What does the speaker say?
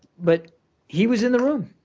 but he was in the room.